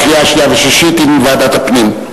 קריאה שנייה ושלישית עם ועדת הפנים.